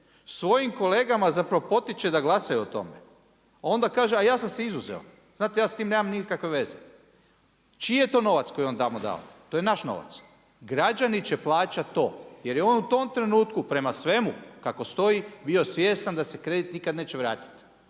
svojim kolegama zapravo potiče da glasaju o tome a onda kaže, ja sam se izuzeo, znate ja sa time nemam nikakve veze. Čiji je to novac koji je on tamo dao? To je naš novac. Građani će plaćati to, jer je on u tom trenutku prema svemu kako stoji bio svjestan da se kredit nikad neće vratiti.